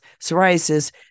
psoriasis